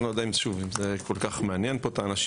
אני לא יודע אם זה כל כך מעניין פה את האנשים,